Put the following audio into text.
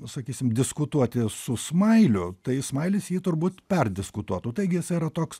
sakysim diskutuoti su smailiu tai smailis jį turbūt perdiskutuotų taigi jis yra toks